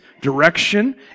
direction